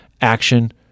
action